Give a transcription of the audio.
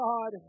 God